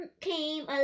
came